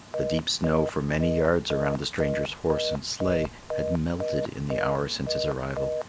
the deep snow for many yards around the stranger's horse and sleigh had melted in the hour since his arrival,